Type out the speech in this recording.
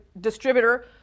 distributor